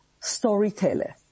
storyteller